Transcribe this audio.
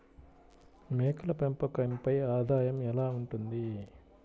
మేకల పెంపకంపై ఆదాయం ఎలా ఉంటుంది?